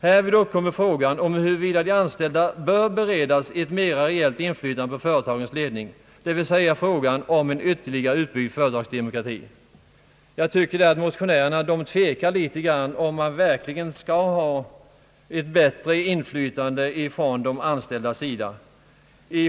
Härvid uppkommer frågan huruvida de anställda bör beredas ett mera reellt inflytande på företagens ledning, dvs. frågan om en ytterligare utbyggd företagsdemokrati.» Jag tycker att motionärerna här tvekar litet grand om det verkligen skall vara ett större inflytande från de anställdas sida.